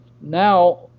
now